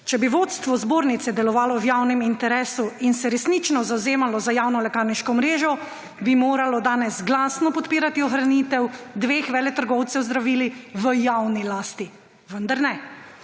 Če bi vodstvo zbornice delovalo v javnem interesu in se resnično zavzemalo za javno lekarniško mrežo, bi moralo danes glasno podpirati ohranitev dveh veletrgovcev z zdravili v javni lasti. Vendar ne,